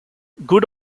good